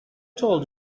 told